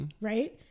Right